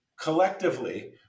collectively